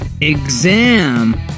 exam